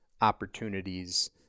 opportunities